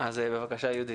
בבקשה, יהודית.